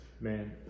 Man